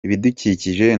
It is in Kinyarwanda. ibidukikije